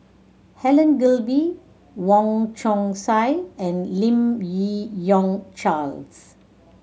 Helen Gilbey Wong Chong Sai and Lim Yi Yong Charles